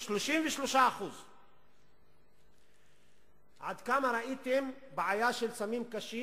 33%. עד כמה ראיתם בעיה של סמים קשים